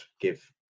give